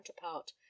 counterpart